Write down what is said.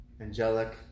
angelic